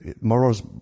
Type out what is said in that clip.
morals